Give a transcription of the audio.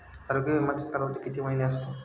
आरोग्य विमाचा कालावधी किती महिने असतो?